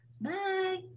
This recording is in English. Bye